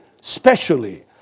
specially